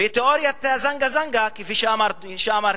ותיאוריית ה"זנגה זנגה", כפי שאמרתי.